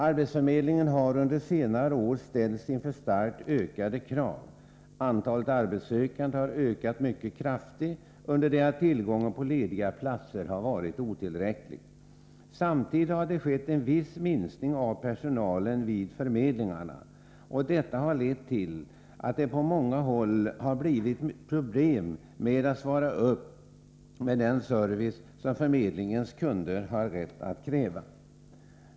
Arbetsförmedlingen har under senare år ställts inför starkt ökade krav. Antalet arbetssökande har ökat mycket kraftigt under det att tillgången på lediga platser har varit otillräcklig. Samtidigt har det skett en viss minskning av personalen vid förmedlingarna, och detta har lett till att det på många håll har blivit problem med att svara upp med den service som förmedlingens kunder har rätt att kräva.